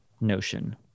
notion